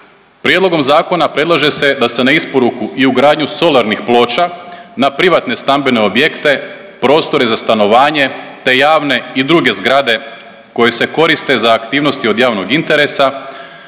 prijedlogom zakona predlaže se da se na isporuku i ugradnju solarnih ploča na privatne stambene objekte, prostore za stanovanje, te javne i druge zgrade koje se koriste za aktivnosti od javnog interesa,